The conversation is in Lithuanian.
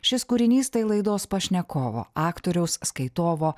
šis kūrinys tai laidos pašnekovo aktoriaus skaitovo